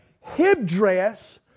headdress